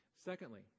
Secondly